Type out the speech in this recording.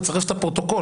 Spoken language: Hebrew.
נצרף את הפרוטוקול.